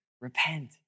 Repent